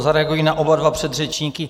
Zareaguji na oba dva předřečníky.